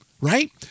Right